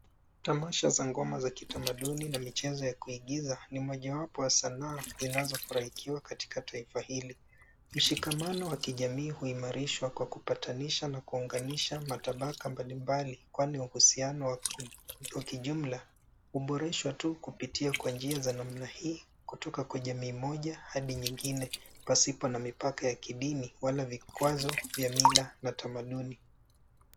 Tamasha za ngoma za kitamaduni na michezo ya kuigiza ni mojawapo wa sanaa zinazofurahikiwa katika taifa hili. Mshikamano wa kijamii huimarishwa kwa kupatanisha na kuunganisha matabaka mbali mbali. Kwani uhusiano kwa kijumla uboreshwa tu kupitia kwa njia za namna hii kutoka kwa jamii moja hadi nyingine pasipo na mipaka ya kidini wala vikwazo vya mila na tamaduni,